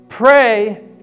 Pray